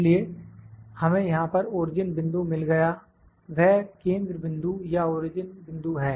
इसलिए हमें यहां पर ओरिजिन बिंदु मिल गया वह केंद्र बिंदु या ओरिजिन बिंदु है